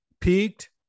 peaked